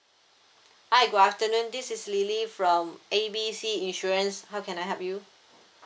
hi good afternoon this is lily from A B C insurance how can I help you